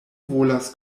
volas